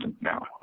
now